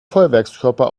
feuerwerkskörper